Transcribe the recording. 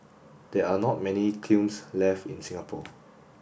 there are not many kilns left in Singapore